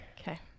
Okay